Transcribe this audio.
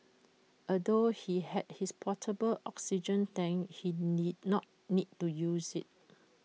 although he had his portable oxygen tank he need not need to use IT